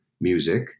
music